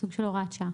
סוג של הוראת שעה.)